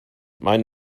mein